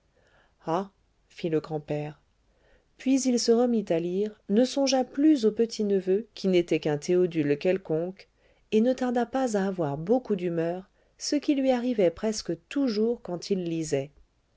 ah fit le grand-père puis il se remit à lire ne songea plus au petit-neveu qui n'était qu'un théodule quelconque et ne tarda pas à avoir beaucoup d'humeur ce qui lui arrivait presque toujours quand il lisait